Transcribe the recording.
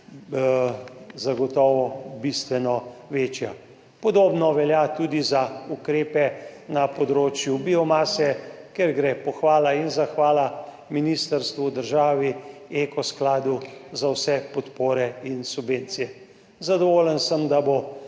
zagotovo bistveno večja. Podobno velja tudi za ukrepe na področju biomase, kjer gre pohvala in zahvala ministrstvu, državi, Eko skladu za vse podpore in subvencije. Zadovoljen sem, da bo